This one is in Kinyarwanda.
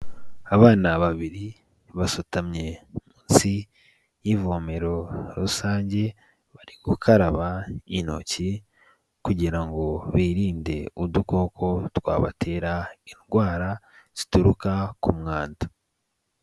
Abana babiri basutamye munsi y'ivomero rusange bari gukaraba intoki kugira ngo birinde udukoko twabatera indwara zituruka ku mwanda.